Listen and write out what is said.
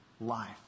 life